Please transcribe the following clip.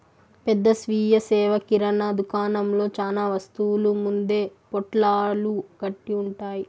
పెద్ద స్వీయ సేవ కిరణా దుకాణంలో చానా వస్తువులు ముందే పొట్లాలు కట్టి ఉంటాయి